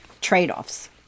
trade-offs